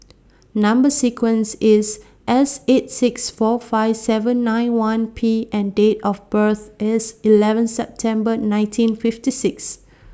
Number sequence IS S eight six four five seven nine one P and Date of birth IS eleven September nineteen fifty six